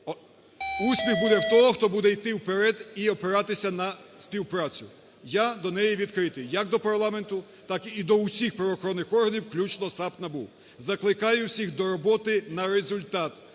успіх буде у того, хто буде йти вперед і опиратись на співпрацю. Я до неї відкритий, як до парламенту, так і до всіх правоохоронних органів, включно САП і НАБУ. Закликаю всіх до роботи на результат